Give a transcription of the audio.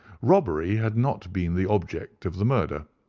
robbery had not been the object of the murder,